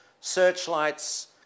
searchlights